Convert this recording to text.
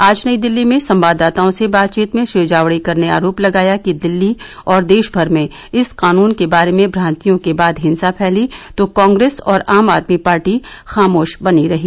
आज नई दिल्ली में संवाददाताओं से बातचीत में श्री जावड़ेकर ने आरोप लगाया कि दिल्ली और देशभर में इस कानून के बारे में भ्रांतियों के बाद हिंसा फैली तो कांग्रेस और आम आदमी पार्टी खामोश बनी रहीं